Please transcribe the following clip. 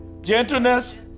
Gentleness